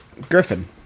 Griffin